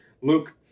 luke